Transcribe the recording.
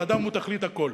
האדם הוא תכלית הכול.